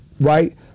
right